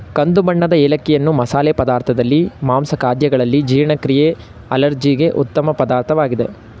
ಕಂದು ಬಣ್ಣದ ಏಲಕ್ಕಿಯನ್ನು ಮಸಾಲೆ ಪದಾರ್ಥದಲ್ಲಿ, ಮಾಂಸ ಖಾದ್ಯಗಳಲ್ಲಿ, ಜೀರ್ಣಕ್ರಿಯೆ ಅಲರ್ಜಿಗೆ ಉತ್ತಮ ಪದಾರ್ಥವಾಗಿದೆ